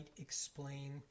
explain